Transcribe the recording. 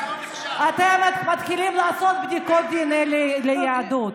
אתם מתחילים לעשות בדיקות דנ"א ליהדות,